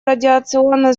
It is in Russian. радиационно